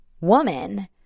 woman